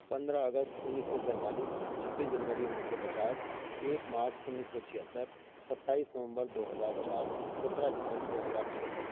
پندرہ اگست انیس سو سینتالیس چھبیس جنوری انیس سو پچاس ایک مارچ انیس سو چھیتر ستائیس نومبر دو ہزار چار سترہ جنوری دو ہزار چھ